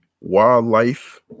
wildlife